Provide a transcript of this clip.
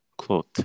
cloth